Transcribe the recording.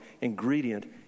ingredient